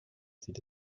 sieht